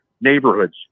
neighborhoods